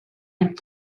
and